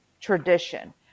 tradition